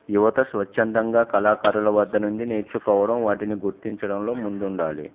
యువత స్వచ్చందంగా కళాకారుల వద్ద నుండి నేర్చుకోవడం వాటిని గుర్తించడంలో ముందుండాలి